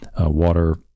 water